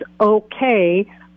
okay